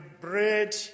bread